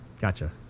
Gotcha